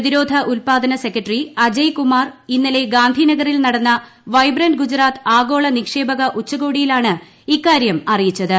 പ്രതിരോധ ഉൽപാദന സെക്രട്ടറി അജയ്കുമാർ ഇന്നലെ ഗാന്ധിനഗറിൽ നടന്ന വൈബ്രന്റ് ഗുജറാത്ത് ആഗോള നിക്ഷേപക ഉച്ചകോടിയിലാണ് ഇക്കാര്യ അറിയിച്ചത്